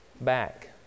back